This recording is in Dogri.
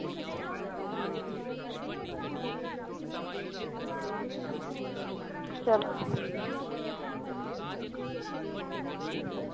चलो ठीक ऐ